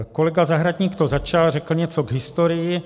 Kolega Zahradník to začal, řekl něco k historii.